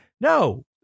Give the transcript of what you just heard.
No